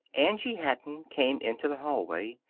angie hatton came into the hallway.